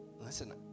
Listen